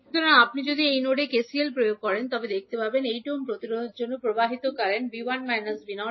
সুতরাং আপনি যদি এই নোডে কেসিএল প্রয়োগ করেন তবে দেখতে পাবেন 8 ওহম প্রতিরোধের মধ্যে প্রবাহিত কারেন্ট হবে V1 − 𝐕08